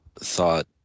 thought